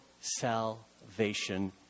salvation